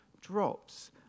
drops